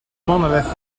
monolith